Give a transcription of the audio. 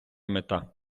мета